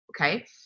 Okay